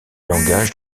langage